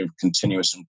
continuous